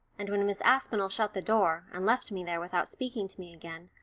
and when miss aspinall shut the door, and left me there without speaking to me again,